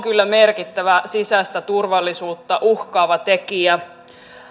kyllä merkittäviä sisäistä turvallisuutta uhkaavia tekijöitä